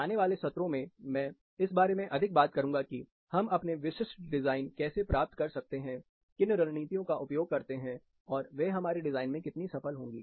आने वाले सत्रों में मैं इस बारे में अधिक बात करूंगा कि हम अपने विशिष्ट डिजाइन कैसे प्राप्त कर सकते हैं किन रणनीतियों का उपयोग करते हैं और वह हमारे डिजाइन में कितनी सफल होगी